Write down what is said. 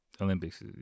Olympics